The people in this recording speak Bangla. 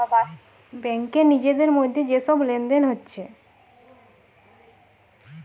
ব্যাংকে নিজেদের মধ্যে যে সব লেনদেন হচ্ছে